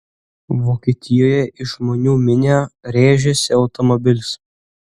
vokietijoje į žmonių minią rėžėsi automobilis